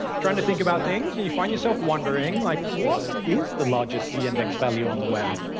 trying to think about things. and you find yourself wondering, like, what is the largest z-index value on the web?